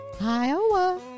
Iowa